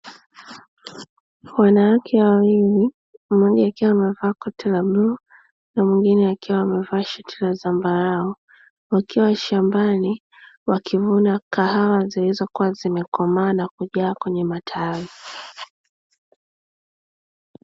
Wanawake wawili mmoja akiwa amevaa koti la bluu na mwingine akiwa amevaa shati la zambarau, wakiwa shambani wakivuna kahawa zilizokuwa zimekomaa na kujaa kwenye matawi.